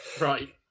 right